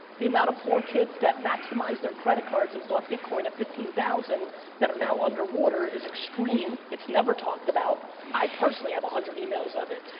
the amount of poor kids that maximized their credit cards and bought bitcoin at fifteen thousand that are now underwater is extreme. it's never talked about. i personally have a hundred emails of it,